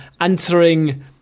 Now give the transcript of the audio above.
answering